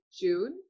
june